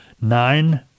Nine